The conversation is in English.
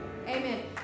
Amen